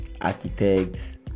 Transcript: architects